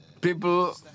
people